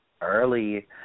early